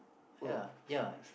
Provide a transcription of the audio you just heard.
ya ya